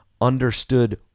understood